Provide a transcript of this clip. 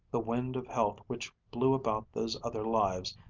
the wind of health which blew about those other lives,